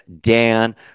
Dan